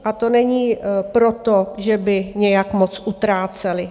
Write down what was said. A to není proto, že by nějak moc utráceli.